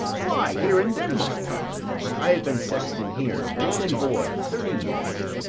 why, here in denmark i have been sexton here, man and boy, thirty years.